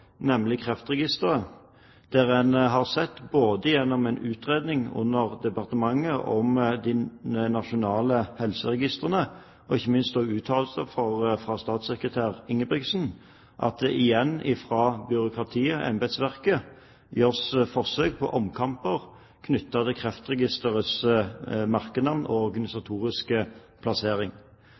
nemlig Kreftregisteret, der en har sett både gjennom en utredning under departementet om de nasjonale helseregistrene og ikke minst gjennom uttalelser fra statssekretær Ingebrigtsen at det fra byråkratiet og embetsverket igjen gjøres forsøk på omkamper knyttet til Kreftregisterets merkenavn og organisatoriske plassering.